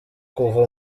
kuva